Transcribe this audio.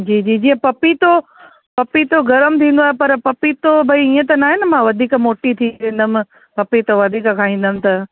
जी जी जीअं पपीतो पपीतो गरमु थींदो आहे पर पपीतो भई इअं त नाहे न मां वधीक मोटी थी वेंदमि पपीतो वधीक खाईंदमि त